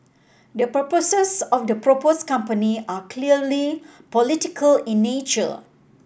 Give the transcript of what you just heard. the purposes of the proposed company are clearly political in nature